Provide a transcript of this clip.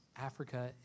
Africa